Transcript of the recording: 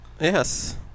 Yes